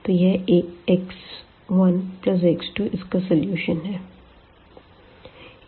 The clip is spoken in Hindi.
तो यह x1x2 इसका सलूशन है